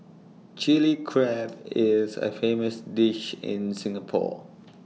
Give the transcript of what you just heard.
Chilli Crab is A famous dish in Singapore